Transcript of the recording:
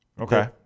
Okay